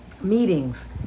meetings